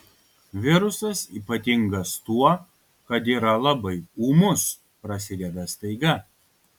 virusas ypatingas tuo kad yra labai ūmus prasideda staiga